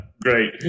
Great